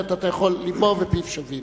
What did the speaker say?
לבו ופיו שווים.